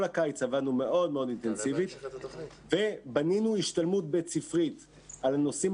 כל הקיץ עבדנו מאוד אינטנסיבית ובנינו השתלמות בית-ספרית על הנושאים